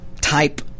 type